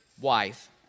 wife